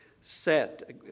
set